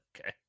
Okay